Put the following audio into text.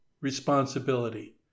responsibility